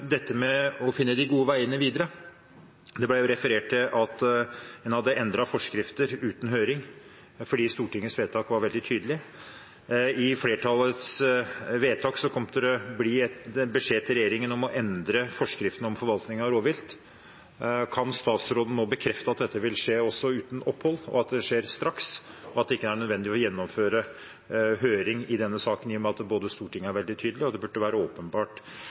dette vil skje også uten opphold, at det skjer straks, og at det ikke er nødvendig å gjennomføre høring i denne saken i og med at Stortinget er veldig tydelig, og at det åpenbart burde